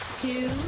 Two